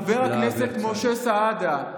חבר הכנסת משה סעדה,